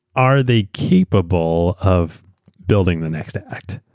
are they capable of building the next act?